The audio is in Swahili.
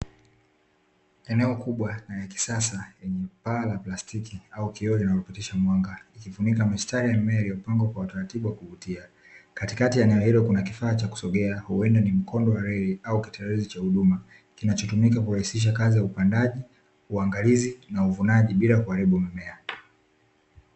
Eneo kubwa na la kisasa lenye paa la plastiki au kioo linalopitisha mwanga, likifunika mistari ya mimea iliyopangwa kwa utaratibu wa kuvutia, katikati ya eneo hilo kuna kifaa cha kusogea, huenda ni mkondo wa reli au katerezi cha huduma, kinachotumika kurahisisha kazi za upandaji, uangalizi na uvunaji bila kuharibu mimea.